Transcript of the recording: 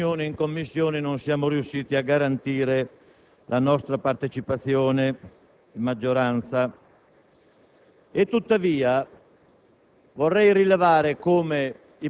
rilevante perché noi, come Unione, in Commissione non siamo riusciti a garantire la nostra partecipazione di maggioranza. Tuttavia,